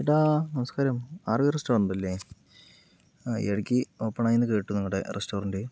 ഡാ നമസ്കരണം RY restaurant അല്ലെ ഇടക്ക് ഓപ്പണായി എന്ന് കേട്ടു നിങ്ങളുടെ റെസ്റ്റോറൻറ്റ്